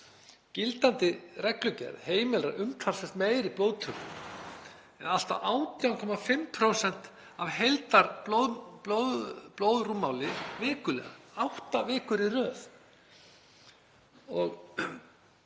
Gildandi reglugerð heimilar umtalsvert meiri blóðtöku, eða allt að 18,5% af heildarblóðrúmmáli vikulega, átta vikur í röð.